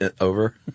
over